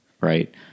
right